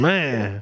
Man